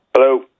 Hello